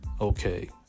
Okay